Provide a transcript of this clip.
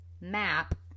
MAP